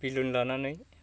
बेलुन लानानै